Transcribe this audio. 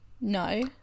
No